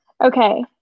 Okay